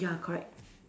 ya correct